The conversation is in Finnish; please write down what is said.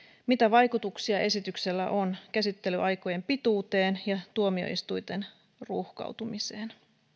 mitä vaikutuksia esityksellä on käsittelyaikojen pituuteen ja tuomioistuinten ruuhkautumiseen